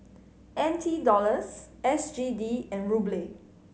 N T Dollars S G D and Ruble